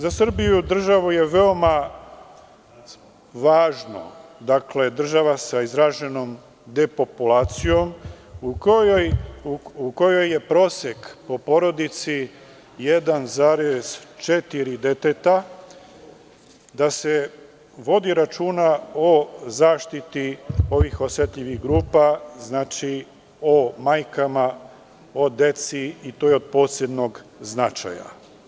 Za državu Srbiju je veoma važno, država sa izraženom depopulacijom, u kojoj je prosek po porodici 1,4 deteta, da se vodi računa o zaštiti ovih osetljivih grupa, o majkama, o deci i to je od posebnog značaja.